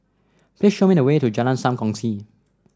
please show me the way to Jalan Sam Kongsi